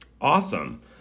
Awesome